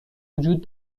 وجود